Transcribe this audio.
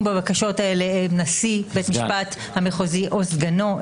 בבקשות האלה הם נשיא בית המשפט המחוזי או סגנו.